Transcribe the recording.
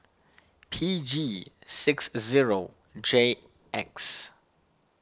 P G six zero J X